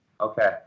Okay